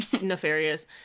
Nefarious